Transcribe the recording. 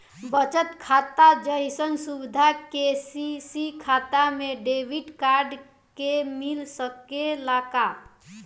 बचत खाता जइसन सुविधा के.सी.सी खाता में डेबिट कार्ड के मिल सकेला का?